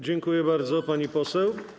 Dziękuję bardzo, pani poseł.